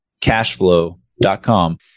cashflow.com